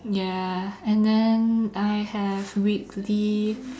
ya and then I have weekly